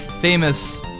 famous